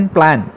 Plan